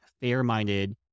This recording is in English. fair-minded